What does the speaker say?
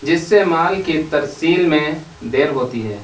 جس سے مال کی ترصیل میں دیر ہوتی ہے